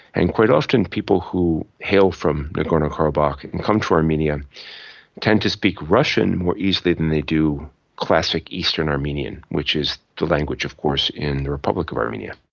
and quite often people who hail from nagorno-karabakh and and come to armenia tend to speak russian more easily than they do classic eastern armenian, which is the language of course in the republic of armenia.